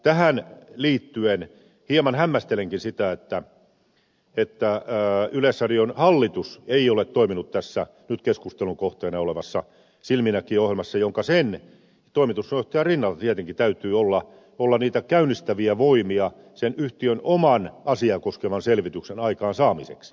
tähän liittyen hieman hämmästelenkin sitä että yleisradion hallitus ei ole toiminut tässä nyt keskustelun kohteena olevassa silminnäkijä ohjelmassa vaikka sen toimitusjohtajan rinnalla tietenkin täytyy olla niitä käynnistäviä voimia sen yhtiön oman asiaa koskevan selvityksen aikaansaamiseksi